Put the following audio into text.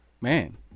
man